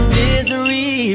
misery